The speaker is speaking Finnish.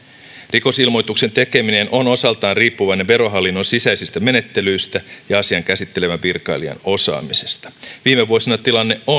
rikosilmoituksen tekeminen on osaltaan riippuvainen verohallinnon sisäisistä menettelyistä ja asiaa käsittelevän virkailijan osaamisesta viime vuosina tilanne on